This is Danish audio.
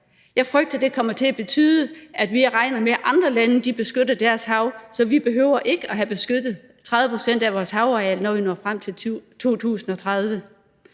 Jeg frygter, at det kommer til at betyde, at vi regner med, at andre lande beskytter deres have, så vi ikke behøver at have beskyttet 30 pct. af vores havareal, når vi når frem til 2030.